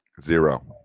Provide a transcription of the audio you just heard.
Zero